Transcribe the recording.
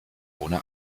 ohne